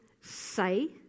say